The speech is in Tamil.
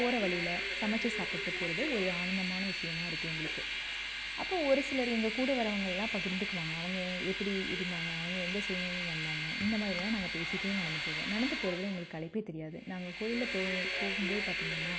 போற வழியில சமைச்சி சாப்பிட்டு போகிறது ஒரு ஆனந்தமான விஷயமாக இருக்குது எங்களுக்கு அப்போது ஒரு சிலர் எங்கள் கூட வரவங்கள்லாம் பகிர்ந்துக்குவாங்க அவங்க எப்படி இருந்தாங்க அவங்க எந்த சூழ்நிலைலேருந்து வந்தாங்க இந்த மாதிரிலாம் நாங்கள் பேசிகிட்டே நடந்து போவோம் நடந்து போகிறதுல எங்களுக்கு களைப்பே தெரியாது நாங்கள் கோயில்ல போ போகும் போது பார்த்திங்கன்னா